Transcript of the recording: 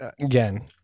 Again